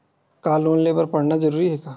का लोन ले बर पढ़ना जरूरी हे का?